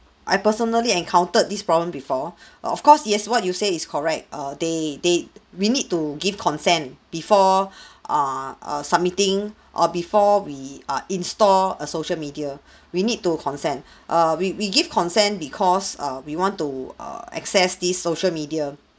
I personally encountered this problem before of course yes what you say is correct err they they we need to give consent before err err submitting or before we err install a social media we need to consent err we we give consent because err we want to err access these social media